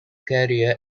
career